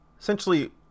essentially